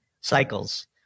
cycles